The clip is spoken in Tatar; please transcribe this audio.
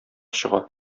чыга